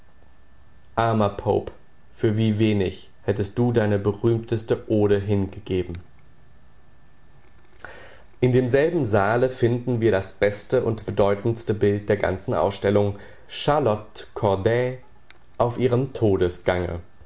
pope für wie wenig hättest du deine berühmteste ode hingegeben in demselben saale finden wir das beste und bedeutendste bild der ganzen ausstellung charlotte corday auf ihrem